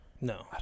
No